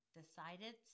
decided